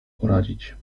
poradzić